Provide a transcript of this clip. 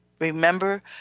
remember